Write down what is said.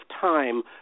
time